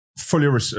Fully